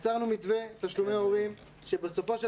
‏יצרנו מתווה תשלומי הורים שבסופו של